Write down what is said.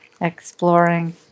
exploring